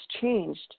changed